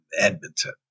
Edmonton